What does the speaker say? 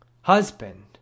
husband